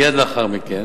מייד לאחר מכן